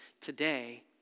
today